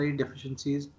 deficiencies